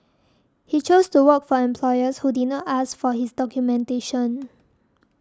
he chose to work for employers who did not ask for his documentation